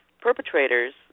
perpetrators